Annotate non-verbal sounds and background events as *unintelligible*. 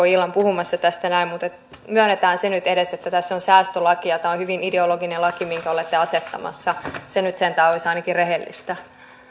*unintelligible* illan puhumassa tästä mutta myönnetään se nyt edes että tässä on säästölaki ja tämä on hyvin ideologinen laki minkä olette asettamassa se nyt sentään olisi ainakin rehellistä